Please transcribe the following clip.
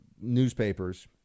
newspapers